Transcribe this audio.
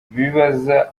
bibaza